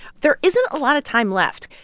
there isn't a lot of time left.